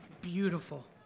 beautiful